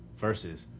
Versus